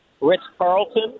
Ritz-Carlton